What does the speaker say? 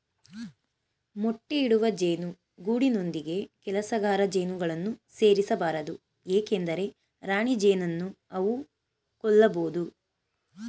ಮೊಟ್ಟೆ ಇಡುವ ಜೇನು ಗೂಡಿನೊಂದಿಗೆ ಕೆಲಸಗಾರ ಜೇನುಗಳನ್ನು ಸೇರಿಸ ಬಾರದು ಏಕೆಂದರೆ ರಾಣಿಜೇನನ್ನು ಅವು ಕೊಲ್ಲಬೋದು